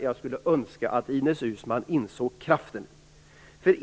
Jag skulle önska att Ines Uusmann insåg kraften i detta.